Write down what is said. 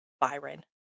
Byron